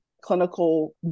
clinical